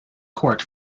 court